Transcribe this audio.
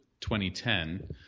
2010